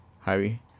Harry